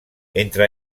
entre